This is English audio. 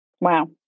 Wow